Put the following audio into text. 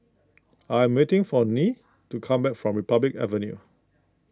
I am waiting for Nyree to come back from Republic Avenue